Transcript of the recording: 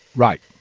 right.